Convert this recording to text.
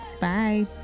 Bye